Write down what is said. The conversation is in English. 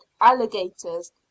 alligators